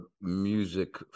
music